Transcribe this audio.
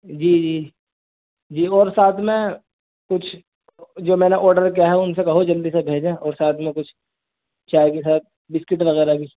جی جی جی اور ساتھ میں کچھ جو میں نے آڈر کیا ہے ان سے کہو جلدی سے بھیجیں اور ساتھ میں کچھ چائے کے ساتھ بسکٹ وغیرہ بھی